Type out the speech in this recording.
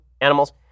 animals